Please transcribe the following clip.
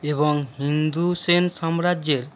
এবং হিন্দু সেন সাম্রাজ্যের